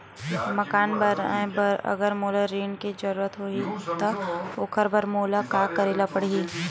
मकान बनाये बर अगर मोला ऋण के जरूरत होही त ओखर बर मोला का करे ल पड़हि?